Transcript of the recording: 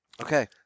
Okay